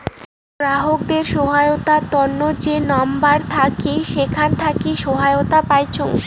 গ্রাহকদের সহায়তার তন্ন যে নাম্বার থাকি সেখান থাকি সহায়তা পাইচুঙ